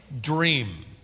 Dream